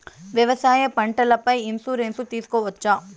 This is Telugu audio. వ్యవసాయ పంటల పై ఇన్సూరెన్సు తీసుకోవచ్చా?